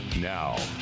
Now